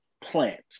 plant